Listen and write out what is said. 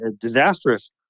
disastrous